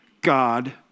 God